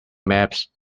maps